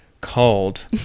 called